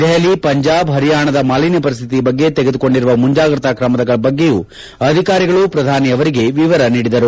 ದೆಹಲಿ ಪಂಜಾಬ್ ಹರಿಯಾಣದ ಮಾಲಿನ್ಯ ಪರಿಸ್ಥಿತಿ ಬಗ್ಗೆ ತೆಗೆದುಕೊಂಡಿರುವ ಮುಂಜಾಗ್ರತಾ ಕ್ರಮದ ಬಗ್ಗೆಯೂ ಅಧಿಕಾರಿಗಳು ಪ್ರಧಾನಿ ಅವರಿಗೆ ವಿವರ ನೀಡಿದರು